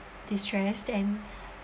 distressed and